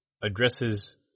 addresses